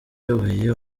ayoboye